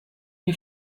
nie